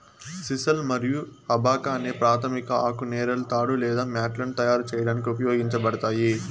sisal మరియు abaca అనే ప్రాధమిక ఆకు నారలు తాడు లేదా మ్యాట్లను తయారు చేయడానికి ఉపయోగించబడతాయి